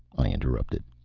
i interrupted.